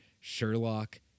Sherlock